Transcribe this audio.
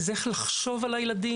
זה איך לחשוב על הילדים,